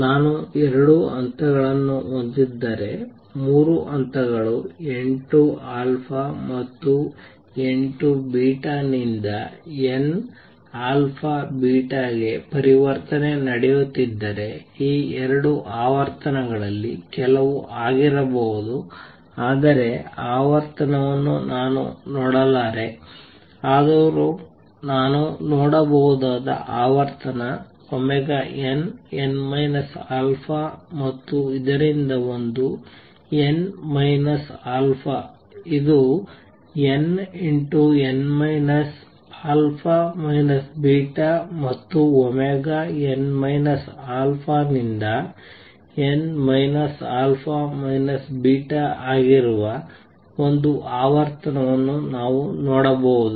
ನಾನು ಎರಡು ಹಂತಗಳನ್ನು ಹೊಂದಿದ್ದರೆ ಮೂರು ಹಂತಗಳು n to α ಮತ್ತು n to ನಿಂದ n ಗೆ ಪರಿವರ್ತನೆ ನಡೆಯುತ್ತಿದ್ದರೆ ಈ ಎರಡು ಆವರ್ತನಗಳಲ್ಲಿ ಕೆಲವು ಆಗಿರಬಹುದು ಆದರೆ ಆವರ್ತನವನ್ನು ನಾನು ನೋಡಲಾರೆ ಆದರೂ ನಾನು ನೋಡಬಹುದಾದ ಆವರ್ತನ nn α ಮತ್ತು ಇದರಿಂದ ಒಂದು n α ಇದು nn α β ಮತ್ತು n α ನಿಂದ n α β ಆಗಿರುವ ಒಂದು ಆವರ್ತನವನ್ನು ನಾನು ನೋಡಬಹುದು